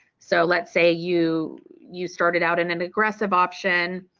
so let's say you you started out in an aggressive option,